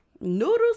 noodles